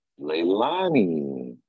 Leilani